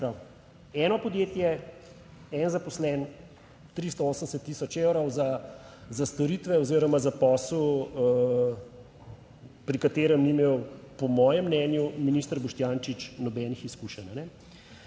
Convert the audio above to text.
eno podjetje eden zaposlen 380 tisoč evrov za storitve oziroma za posel, pri katerem ni imel po mojem mnenju minister Boštjančič nobenih izkušenj.